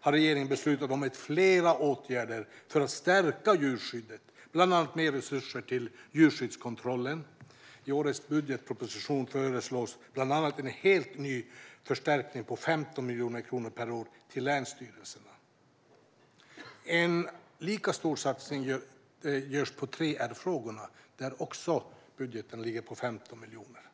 har regeringen beslutat om flera åtgärder för att stärka djurskyddet. Vi har bland annat satsat mer resurser till djurskyddskontrollen. I årets budgetproposition föreslås bland annat en helt ny förstärkning med 15 miljoner kronor per år till länsstyrelserna. En lika stor satsning görs på 3R-frågorna. Där ligger budgeten också på 15 miljoner kronor.